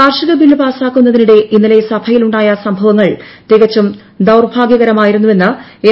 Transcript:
കാർഷിക ബില്ല് പാസാക്കുന്നതിനിടെ ഇന്നലെ സഭയിൽ ഉണ്ടായ സംഭവങ്ങൾ തികച്ചും ദൌർഭാഗൃകരമായിരുന്നുവെന്ന് എം